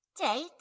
date